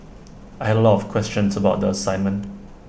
I had A lot of questions about the assignment